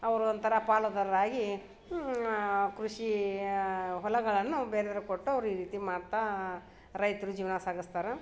ಅವರು ಒಂಥರ ಪಾಲುದಾರರು ಆಗಿ ಕೃಷಿ ಹೊಲಗಳನ್ನು ಬೇರೆಯವ್ರಿಗೆ ಕೊಟ್ಟು ಅವ್ರು ಈ ರೀತಿ ಮಾಡ್ತಾ ರೈತ್ರ ಜೀವನ ಸಾಗಿಸ್ತಾರೆ